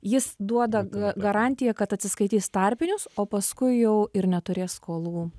jis duoda ga garantiją kad atsiskaitys tarpinius o paskui jau ir neturės skolų